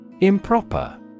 Improper